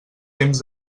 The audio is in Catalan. temps